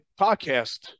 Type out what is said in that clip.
podcast